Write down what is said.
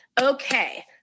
Okay